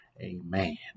Amen